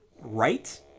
right